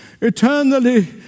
eternally